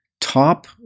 Top